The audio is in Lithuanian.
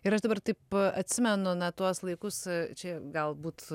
ir aš dabar taip atsimenu na tuos laikus čia galbūt